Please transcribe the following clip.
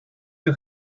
you